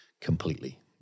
completely